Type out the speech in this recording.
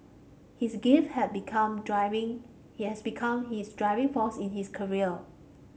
his grief had become driving he has become his driving force in his career